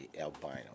albino